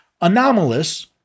anomalous